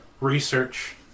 research